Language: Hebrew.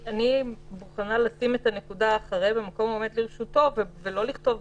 אני מוכנה לשים את הנקודה אחרי "במקום העומד לרשותו" ולא לכתוב